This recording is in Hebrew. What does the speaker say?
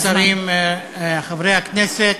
רבותי השרים, חברי הכנסת,